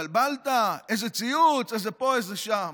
התבלבלת, איזה ציוץ, איזה פה, איזה שם.